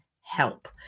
help